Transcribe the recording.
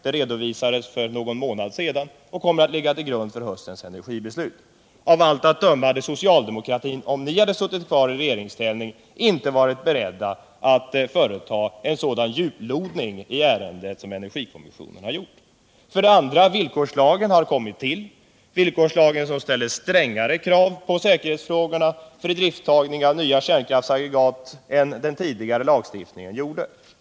Det redovisades för någon månad sedan och kommer att ligga till grund för höstens energibeslut. Av allt att döma hade socialdemokraterna, om ni suttit kvar i regeringsställning, inte varit beredda att vidta en sådan djuplodning i ärendet som energikommissionen har gjort. För det andra har villkorslagen kommit till. Lagen ställer strängare krav på säkerhet för idrifttagning av nya kärnkraftsaggregat än den tidigare lagstiftningen gjorde.